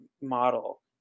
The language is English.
model